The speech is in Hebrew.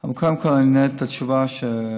אבל קודם כול אני אתן את התשובה שהמשרד